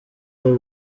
aho